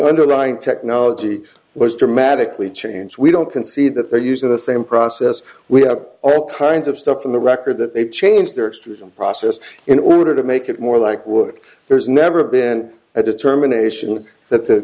underlying technology was dramatically changed we don't concede that they're using the same process we have all kinds of stuff in the record that they've changed their extreme process in order to make it more like wood there's never been a determination that the